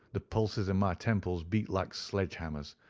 the pulses in my temples beat like sledge-hammers,